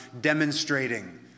demonstrating